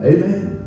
Amen